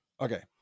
Okay